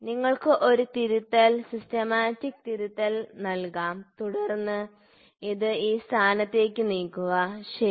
നിങ്ങൾക്ക് ഒരു തിരുത്തൽ സിസ്റ്റമാറ്റിക് തിരുത്തൽ നൽകാം തുടർന്ന് ഇത് ഈ സ്ഥാനത്തേക്ക് നീക്കുക ശരി